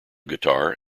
guitar